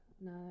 no